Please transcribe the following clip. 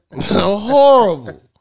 Horrible